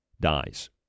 dies